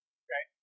okay